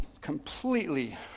completely